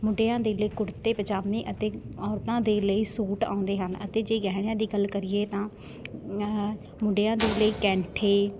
ਮੁੰਡਿਆਂ ਦੇ ਲਈ ਕੁੜਤੇ ਪਜਾਮੇ ਅਤੇ ਔਰਤਾਂ ਦੇ ਲਈ ਸੂਟ ਆਉਂਦੇ ਹਨ ਅਤੇ ਜੇ ਗਹਿਣਿਆਂ ਦੀ ਗੱਲ ਕਰੀਏ ਤਾਂ ਮੁੰਡਿਆਂ ਦੇ ਲਈ ਕੈਂਠੇ